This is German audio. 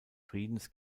friedens